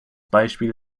beispiel